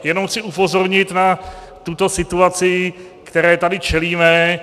Jenom chci upozornit na tuto situaci, které tady čelíme.